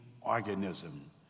organism